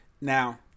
Now